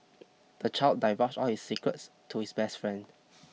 the child divulged all his secrets to his best friend